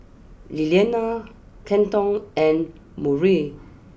Lilliana Kenton and Murray